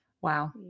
Wow